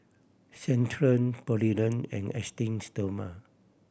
Centrum Polident and Esteem Stoma